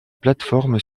plateforme